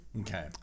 okay